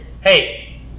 Hey